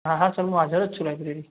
હા હા સર હું હાજર જ છું લાયબ્રેરીએ